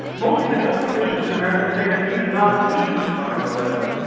most evangelical christians in america say that even non-christians are going to go to heaven.